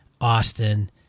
Austin